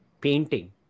painting